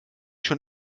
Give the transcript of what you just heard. schon